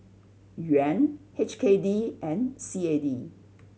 Yuan H K D and C A D